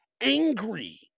angry